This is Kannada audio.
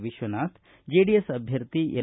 ವಿಶ್ವನಾಥ್ ಜೆಡಿಎಸ್ ಅಭ್ಯರ್ಥಿ ಎಲ್